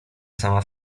sama